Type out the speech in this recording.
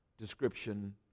description